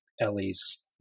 Ellie's